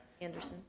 Anderson